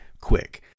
quick